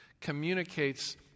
communicates